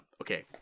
Okay